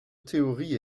théorie